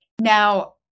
Now